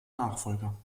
nachfolger